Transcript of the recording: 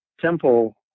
Temple